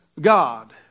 God